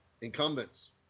incumbents